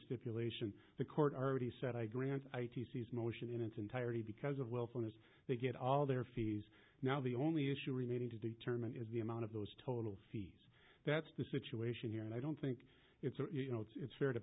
stipulation the court already said i grant itc's motion in its entirety because of willfulness they get all their fees now the only issue remaining to determine is the amount of those total fees that's the situation here and i don't think it's you know it's fair to